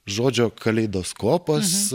žodžio kaleidoskopas